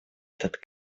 этот